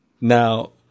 Now